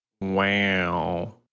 Wow